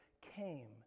came